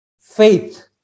faith